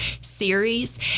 series